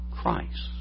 Christ